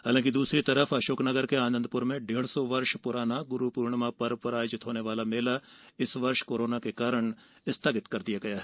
हालांकि दूसरी तरफ आनंदपुर में डेढ़ सौ वर्ष पुराना गुरूपूर्णिमा पर आयोजित होने वाला मेला इस वर्ष कोरोना के कारण स्थगित कर दिया गया है